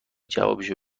جوابشو